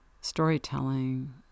storytelling